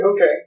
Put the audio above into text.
Okay